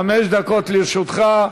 חמש דקות, לרשותך.